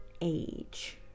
age